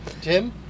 Tim